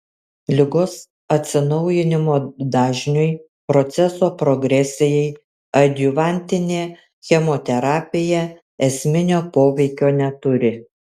ligos atsinaujinimo dažniui proceso progresijai adjuvantinė chemoterapija esminio poveikio neturi